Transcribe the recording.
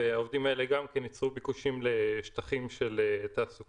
והעובדים האלה גם כן יצרו ביקושים לשטחים של תעסוקה,